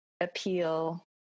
appeal